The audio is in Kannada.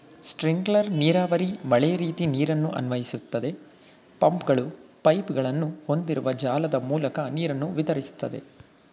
ಸ್ಪ್ರಿಂಕ್ಲರ್ ನೀರಾವರಿ ಮಳೆರೀತಿ ನೀರನ್ನು ಅನ್ವಯಿಸ್ತದೆ ಪಂಪ್ಗಳು ಪೈಪ್ಗಳನ್ನು ಹೊಂದಿರುವ ಜಾಲದ ಮೂಲಕ ನೀರನ್ನು ವಿತರಿಸ್ತದೆ